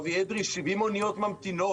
אבי אדרי, 70 אניות ממתינות.